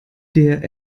der